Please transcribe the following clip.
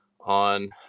on